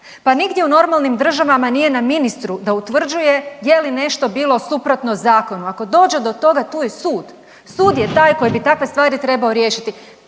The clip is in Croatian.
Pa nigdje u normalnim državama nije na ministru da utvrđuje je li nešto bilo suprotno zakonu, ako dođe do toga tu je sud. Sud je taj koji bi takve stvari trebao riješiti,